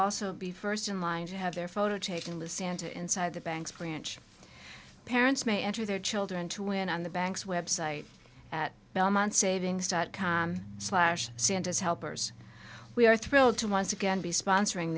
also be first in line to have their photo taken with santa inside the bank branch parents may enter their children to win on the bank's website at belmont savings dot com slash santas helpers we are thrilled to once again be sponsoring